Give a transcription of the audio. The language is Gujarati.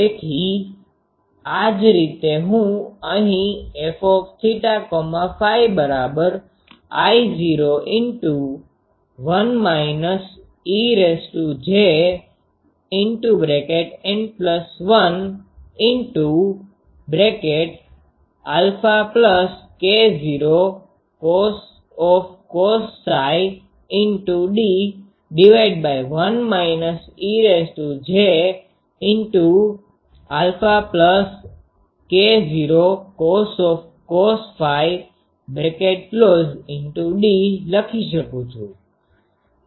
તેથી આ જ રીતે હું અહીં FθΦ I૦1 ejN1αK૦cos d1 ejαK૦cos d લખી શકું છું